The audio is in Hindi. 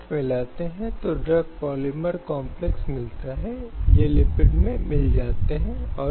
स्लाइड समय देखें 1544 इसी तरह कई अन्य मामलों में अदालतें जीवन के अधिकार को बरकरार रखने के लिए आगे बढ़ी हैं